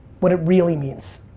what it really means.